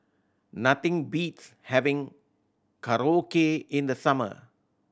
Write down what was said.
nothing beats having Korokke in the summer